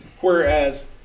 whereas